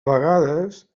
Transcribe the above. vegades